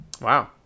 Wow